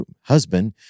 husband